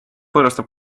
võõrustab